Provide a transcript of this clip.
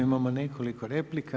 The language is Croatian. Imamo nekoliko replika.